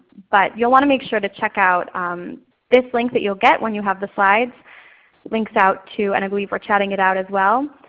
but you'll want to make sure to check out this link that you'll get when you have the slides. it links out to and i believe we're chatting it out as well.